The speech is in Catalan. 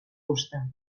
fusta